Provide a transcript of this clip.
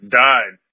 died